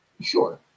Sure